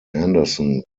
anderson